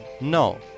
No